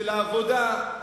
של העבודה,